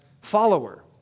follower